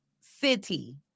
city